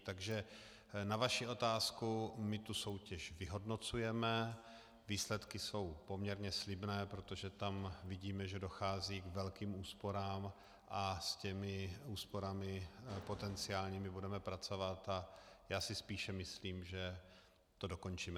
Takže na vaši otázku, my tu soutěž vyhodnocujeme, výsledky jsou poměrně slibné, protože tam vidíme, že dochází k velkým úsporám, a s těmi úsporami potenciálními budeme pracovat, a já spíše myslím, že tu soutěž dokončíme.